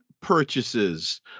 purchases